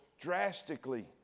drastically